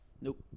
Nope